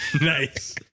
Nice